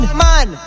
man